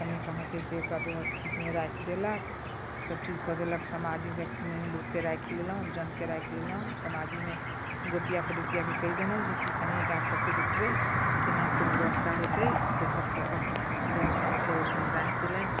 कनि अहाँके से ओकरा बेबस्थितमे राखि देलक सबचीज कऽ देलक समाजमे लोकके राखि लेलहुँ जौनके राखि लेलहुँ समाजमे गोतिआ पिरोतिआके कहि देलहुँ जे कि कनि गाछसबके देखबै कोना कोन बेबस्था हेतै से सब कऽ कऽ दर दिआदसब अपन राखि देलनि